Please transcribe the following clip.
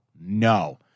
No